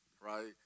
right